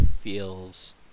feels